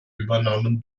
übernahmen